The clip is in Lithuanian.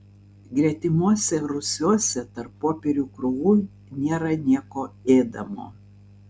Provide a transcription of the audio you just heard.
gretimuose rūsiuose tarp popierių krūvų nėra nieko ėdamo